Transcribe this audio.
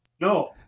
No